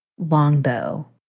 Longbow